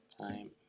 time